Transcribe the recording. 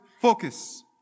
focus